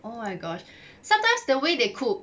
oh my god sometimes the way they cook